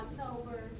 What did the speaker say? October